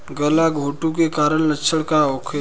गलघोंटु के कारण लक्षण का होखे?